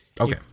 Okay